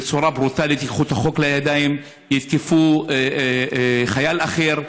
בצורה ברוטלית: ייקחו את החוק לידיים ויתקפו חייל אחר.